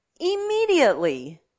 immediately